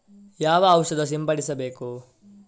ಯಾವ ಔಷಧ ಸಿಂಪಡಿಸಬೇಕು?